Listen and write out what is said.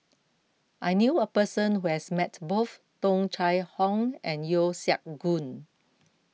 I knew a person who has met both Tung Chye Hong and Yeo Siak Goon